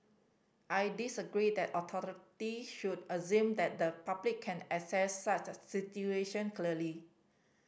I disagree that authority should assume that the public can assess such a situation clearly